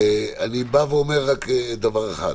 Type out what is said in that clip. אני בא ואומר רק דבר אחד: